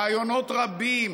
רעיונות רבים,